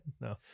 No